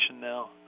now